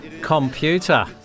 computer